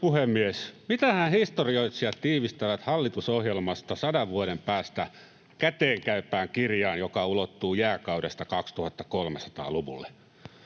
Mitähän historioitsijat tiivistävät hallitusohjelmasta sadan vuoden päästä käteenkäypään kirjaan, joka ulottuu jääkaudesta 2300-luvulle?